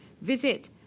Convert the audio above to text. visit